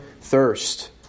thirst